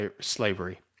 slavery